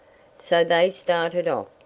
so they started off.